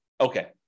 Okay